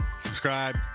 subscribe